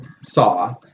saw